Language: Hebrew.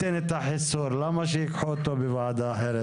למה שייקחו אותו מוועדה אחרת.